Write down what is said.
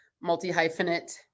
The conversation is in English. multi-hyphenate